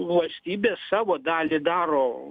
valstybė savo dalį daro